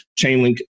chainlink